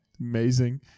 amazing